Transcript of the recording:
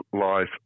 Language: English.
Life